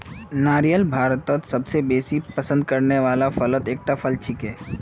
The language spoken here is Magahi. नारियल भारतत सबस बेसी पसंद करने वाला फलत एकता फल छिके